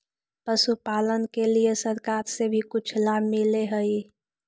पशुपालन के लिए सरकार से भी कुछ लाभ मिलै हई?